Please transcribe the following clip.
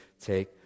take